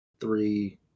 three